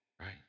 Right